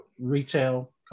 retail